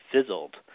fizzled